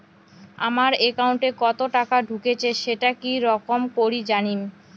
আমার একাউন্টে কতো টাকা ঢুকেছে সেটা কি রকম করি জানিম?